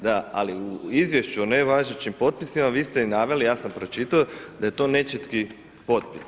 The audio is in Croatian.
Da, ali u izvješću nevažećih potpisima, vi ste i naveli, ja sam pročitao da je to nečitki potpis.